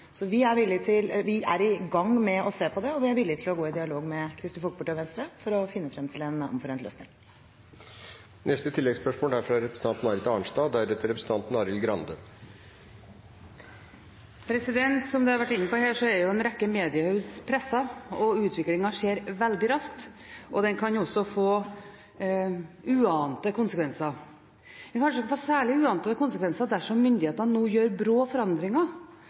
Så vi er i gang med å se på det, og vi er villige til å gå i dialog med Kristelig Folkeparti og Venstre for å finne frem til en omforent løsning. Marit Arnstad – til oppfølgingsspørsmål. Som en har vært inne på her, er en rekke mediehus presset. Utviklingen skjer veldig raskt, og det kan også få uante konsekvenser. Det kan kanskje få særlig uante konsekvenser dersom myndighetene nå gjør brå forandringer